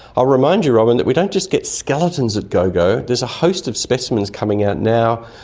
i'll remind you, robyn, that we don't just get skeletons at gogo, there's a host of specimens coming out now,